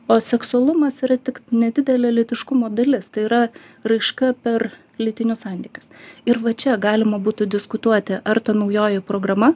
o seksualumas yra tik nedidelė lytiškumo dalis tai yra raiška per lytinius santykius ir va čia galima būtų diskutuoti ar ta naujoji programa